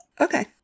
Okay